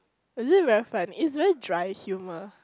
is it very fun it's very dry humor